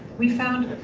we found